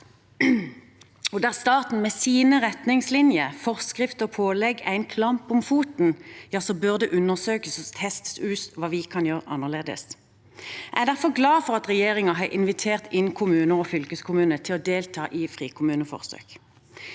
Der staten med sine retningslinjer, forskrifter og pålegg er en klamp om foten, ja, så burde en undersøkelse teste ut hva vi kan gjøre annerledes. Jeg er derfor glad for at regjeringen har invitert kommuner og fylkeskommuner til å delta i frikommuneforsøk.